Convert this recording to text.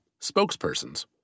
spokespersons